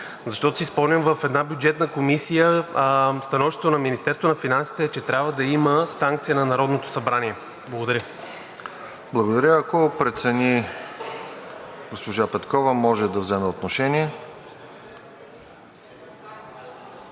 защото си спомням в една Бюджетна комисия, становището на Министерството на финансите беше, че трябва да има санкция на Народното събрание. Благодаря. ПРЕДСЕДАТЕЛ РОСЕН ЖЕЛЯЗКОВ: Благодаря. Ако прецени госпожа Петкова, може да вземе отношение.